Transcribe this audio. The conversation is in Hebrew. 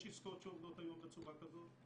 יש עסקאות שעובדות היום בצורה כזאת,